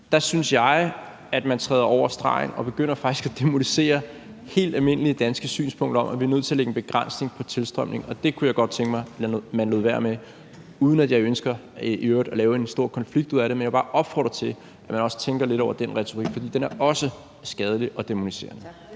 Der synes jeg, at man træder over stregen og faktisk begynder at dæmonisere helt almindelige danske synspunkter om, at vi er nødt til at lægge en begrænsning på tilstrømningen. Og det kunne jeg godt tænke mig at man lod være med, uden at jeg i øvrigt ønsker at lave en stor konflikt ud af det. Men jeg vil bare opfordre til, at man også tænker lidt over den retorik, for den er også skadelig og dæmoniserende.